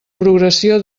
progressió